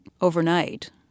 overnight